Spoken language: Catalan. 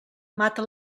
mata